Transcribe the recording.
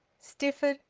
stifford,